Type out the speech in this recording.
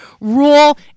rule